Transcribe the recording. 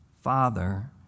Father